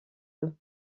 peu